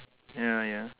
ya ya